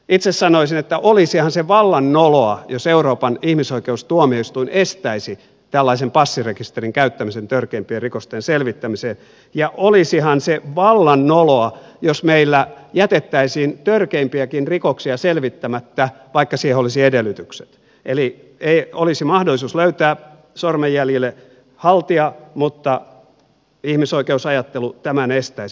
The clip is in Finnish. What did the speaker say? itse sanoisin että olisihan se vallan noloa jos euroopan ihmisoikeustuomioistuin estäisi tällaisen passirekisterin käyttämisen törkeimpien rikosten selvittämiseen ja olisihan se vallan noloa jos meillä jätettäisiin törkeimpiäkin rikoksia selvittämättä vaikka siihen olisi edellytykset eli olisi mahdollisuus löytää sormenjäljille haltija mutta ihmisoikeusajattelu tämän estäisi